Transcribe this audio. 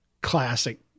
classic